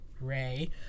Ray